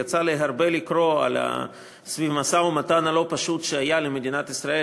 יצא לי הרבה לקרוא סביב המשא-ומתן הלא-פשוט שהיה למדינת ישראל